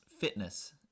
fitness